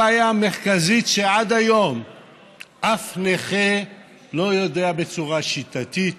הבעיה המרכזית היא שעד היום אף נכה לא יודע בצורה שיטתית